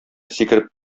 сикереп